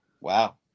Wow